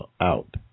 out